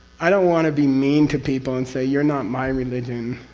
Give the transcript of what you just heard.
i don't want to be mean to people and say you're not my religion,